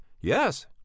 Yes